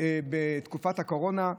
בתקופת הקורונה,